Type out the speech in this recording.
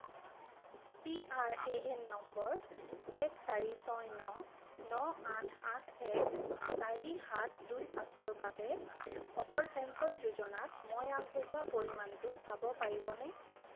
PRAN number এক চাৰি ছয় ন ন আঠ আঠ এক চাৰি সাত দুই পাঁচৰ বাবে অটল পেঞ্চন যোজনাত মই আগবঢ়োৱা পৰিমাণটো চাব পাৰিবনে